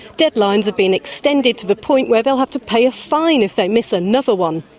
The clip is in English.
deadlines have been extended to the point where they'll have to pay a fine if they miss another one.